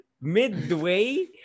Midway